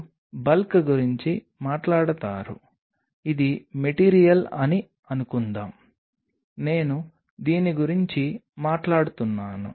రెండవ విషయం మీరు ఉపరితలం విశ్లేషించడానికి ఏమి చేయవచ్చు